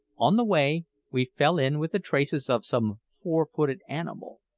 on the way we fell in with the traces of some four-footed animal,